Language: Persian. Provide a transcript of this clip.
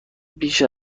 بیش